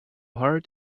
heart